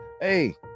hey